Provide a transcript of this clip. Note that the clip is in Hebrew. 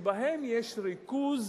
שבהן יש ריכוז